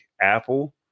Apple